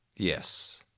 Yes